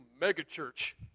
mega-church